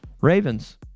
Ravens